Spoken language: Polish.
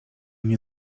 nie